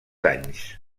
anys